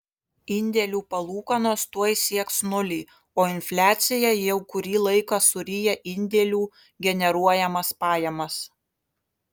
indėlių palūkanos tuoj sieks nulį o infliacija jau kurį laiką suryja indėlių generuojamas pajamas